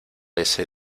ese